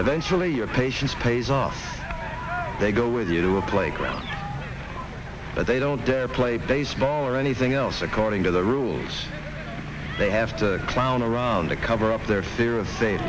and then surely your patience pays off they go with you to a playground but they don't play baseball or anything else according to the rules they have to clown around to cover up their fear of sa